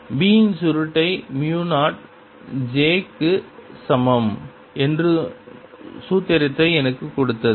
B இன் சுருட்டை மு 0 j க்கு சமம் என்று சூத்திரம் எனக்குக் கொடுத்தது